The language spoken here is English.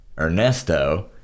Ernesto